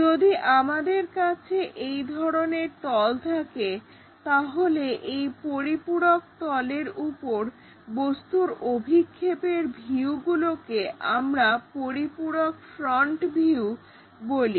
যদি আমাদের কাছে এই ধরনের তল থাকে তাহলে এই পরিপূরক তলের উপর বস্তুর অভিক্ষেপের ভিউগুলোকে আমরা পরিপূরক ফ্রন্ট ভিউ বলি